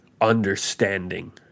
understanding